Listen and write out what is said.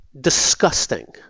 disgusting